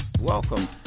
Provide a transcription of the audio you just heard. Welcome